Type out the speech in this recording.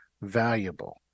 valuable